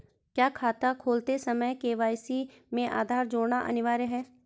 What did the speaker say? क्या खाता खोलते समय के.वाई.सी में आधार जोड़ना अनिवार्य है?